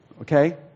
okay